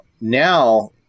now